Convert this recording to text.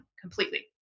completely